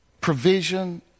provision